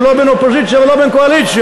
הוא לא בין אופוזיציה ובין קואליציה.